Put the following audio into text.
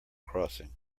crossing